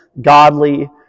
godly